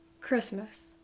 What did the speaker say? Christmas